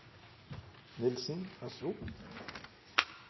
Nilsen,